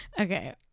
Okay